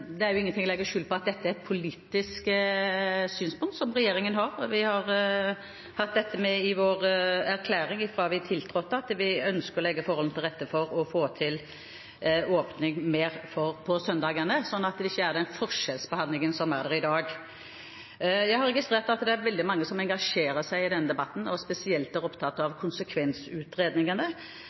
Det er ingenting å legge skjul på at dette er et politisk synspunkt som regjeringen har. Vi har hatt det med i vår erklæring fra vi tiltrådte, at vi ønsker å legge forholdene til rette for å få til mer åpent på søndagene, slik at det ikke er den forskjellsbehandlingen som er der i dag. Jeg har registrert at det er veldig mange som engasjerer seg i denne debatten, og som spesielt er opptatt